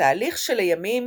בתהליך שלימים